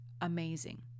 amazing